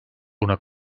buna